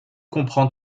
comprend